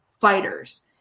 fighters